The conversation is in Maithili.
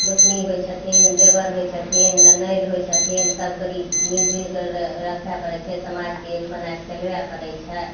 गोतनी होइ छथिन देवर होइ छथिन ननदि होइ छथिन सबके मिलि जुलिके रखय पड़य छै समाजके एक बना कऽ चलबे पड़य छै